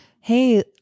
hey